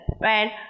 right